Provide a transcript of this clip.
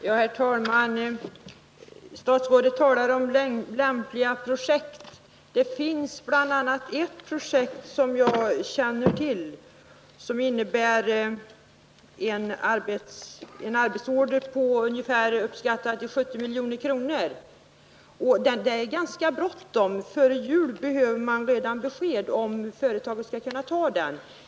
Herr talman! Statsrådet talar om lämpliga projekt. Det finns bl.a. ett Måndagen den projekt som jag känner till och som innebär en arbetsorder, uppskattad till 12 november 1979 70 milj.kr. Det är ganska bråttom. Redan före jul behöver man besked om huruvida företaget skall kunna ta denna order.